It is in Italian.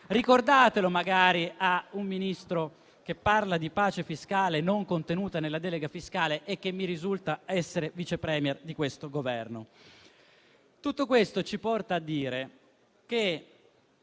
Ricordatelo magari a un Ministro che parla di pace fiscale, non contenuta nella delega fiscale, e che mi risulta essere Vice *Premier* di questo Governo. Tutto questo ci porta a dire che